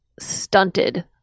stunted